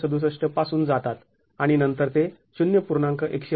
१६७ पासून जातात आणि नंतर ते ०